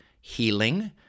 Healing